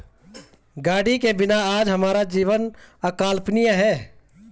गाड़ी के बिना आज हमारा जीवन अकल्पनीय है